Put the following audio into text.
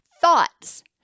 Thoughts